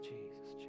Jesus